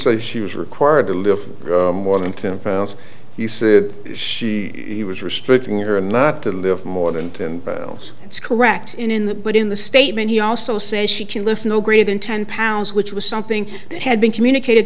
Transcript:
say she was required to live more than ten pounds he said she was restricting or not to live more than ten that's correct in that but in the statement he also says she can lift no greater than ten pounds which was something that had been communicate